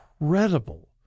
incredible